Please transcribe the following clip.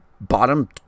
bottom